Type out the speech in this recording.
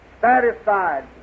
satisfied